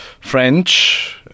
French